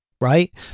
right